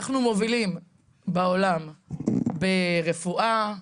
אנחנו מובילים בעולם ברפואה,